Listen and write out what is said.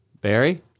Barry